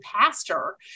pastor